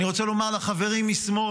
אני רוצה לומר לחברים משמאל,